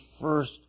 first